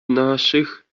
naszych